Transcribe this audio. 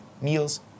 meals